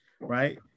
right